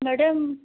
madam